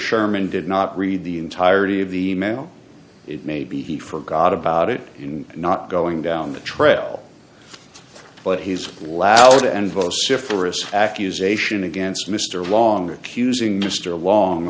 sherman did not read the entirety of the mail it may be he forgot about it in not going down the trail but he's loud and vociferous accusation against mr long accusing mr long